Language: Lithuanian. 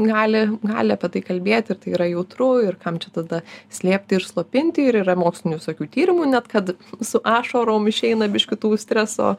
gali gali apie tai kalbėti ir tai yra jautru ir kam čia tada slėpti ir slopinti ir yra mokslinių visokių tyrimu net kad su ašarom išeina biškį tų streso